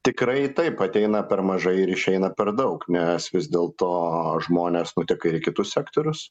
tikrai taip ateina per mažai ir išeina per daug nes vis dėl to žmonės nuteka ir į kitus sektorius